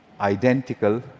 identical